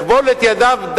לכבול את ידיו,